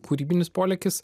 kūrybinis polėkis